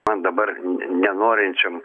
man dabar nenorinčiam